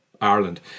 Ireland